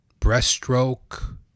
breaststroke